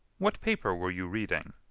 what paper were you reading?